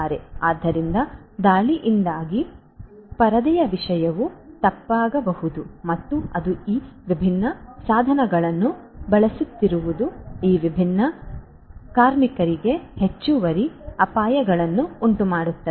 ಆದ್ದರಿಂದ ದಾಳಿಯಿಂದಾಗಿ ಪರದೆಯ ವಿಷಯವು ತಪ್ಪಾಗಬಹುದು ಮತ್ತು ಅದು ಈ ವಿಭಿನ್ನ ಸಾಧನಗಳನ್ನು ಬಳಸುತ್ತಿರುವ ಈ ವಿಭಿನ್ನ ಕಾರ್ಮಿಕರಿಗೆ ಹೆಚ್ಚುವರಿ ಅಪಾಯಗಳನ್ನುಂಟುಮಾಡುತ್ತದೆ